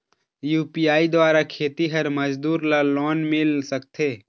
UPI द्वारा खेतीहर मजदूर ला लोन मिल सकथे?